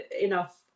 enough